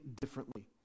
differently